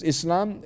Islam